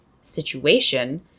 situation